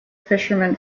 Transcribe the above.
fishermen